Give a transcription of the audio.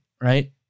right